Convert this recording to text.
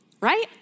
right